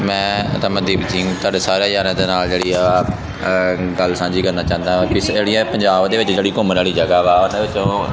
ਮੈਂ ਰਮਨਦੀਪ ਸਿੰਘ ਤੁਹਾਡੇ ਸਾਰੇ ਯਾਰਾਂ ਦੇ ਨਾਲ ਜਿਹੜੀ ਹੈ ਗੱਲ ਸਾਂਝੀ ਕਰਨਾ ਚਾਹੁੰਦਾ ਕਿ ਜਿਹੜੀ ਇਹ ਪੰਜਾਬ ਦੇ ਵਿੱਚ ਜਿਹੜੀ ਘੁੰਮਣ ਵਾਲੀ ਜਗ੍ਹਾ ਵਾ ਉਨ੍ਹਾਂ ਵਿੱਚੋਂ